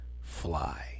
fly